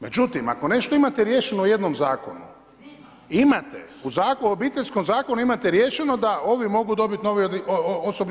Međutim ako nešto imate riješeno u jednom zakonu, imate u Obiteljskom zakonu riješeno da ovi mogu dobiti novi OIB.